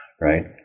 right